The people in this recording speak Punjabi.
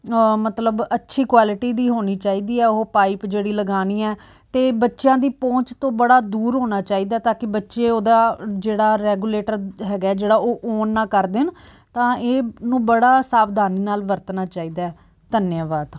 ਕੋਈ ਮਤਲਬ ਅੱਛੀ ਕੁਆਲਟੀ ਦੀ ਹੋਣੀ ਚਾਹੀਦੀ ਹੈ ਪਾਈਪ ਜਿਹੜੀ ਲਗਾਉਣੀ ਹੈ ਅਤੇ ਬੱਚਿਆਂ ਦੀ ਪਹੁੰਚ ਤੋਂ ਬੜਾ ਦੂਰ ਹੋਣਾ ਚਾਹੀਦਾ ਤਾਂ ਕਿ ਬੱਚੇ ਉਹਦਾ ਜਿਹੜਾ ਰੈਗੂਲੇਟਰ ਹੈਗਾ ਜਿਹੜਾ ਉਹ ਓਨ ਨਾ ਕਰ ਦੇਣ ਤਾਂ ਇਹਨੂੰ ਬੜਾ ਸਾਵਧਾਨੀ ਨਾਲ ਵਰਤਣਾ ਚਾਹੀਦਾ ਹੈ ਧੰਨਵਾਦ